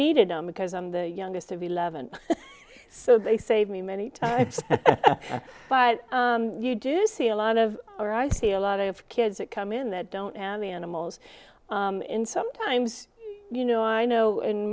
needed him because i'm the youngest of eleven so they save me many times but you do see a lot of or i see a lot of kids that come in that don't have the animals in sometimes you know i know in